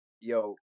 yo